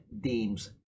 deems